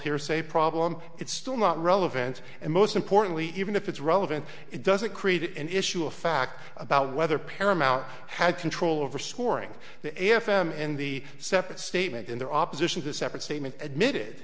hearsay problem it's still not relevant and most importantly even if it's relevant it doesn't create an issue of fact about whether paramount had control over scoring the f m in the separate statement in their opposition to separate statement admitted